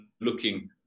looking